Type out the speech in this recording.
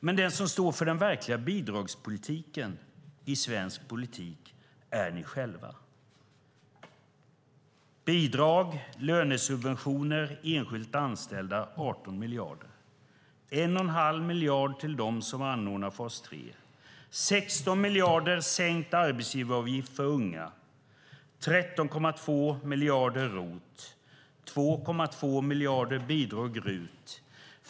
Men den som står för den verkliga bidragspolitiken i svensk politik är ni själva. Till bidrag, lönesubventioner och enskilt anställda går 18 miljarder. 1 1⁄2 miljard går till dem som anordnar fas 3. 16 miljarder går till sänkt arbetsgivaravgift för unga. 13,2 miljarder går till ROT och 2,2 miljarder i bidrag till RUT.